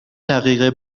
دقیقه